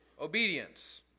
obedience